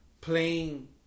playing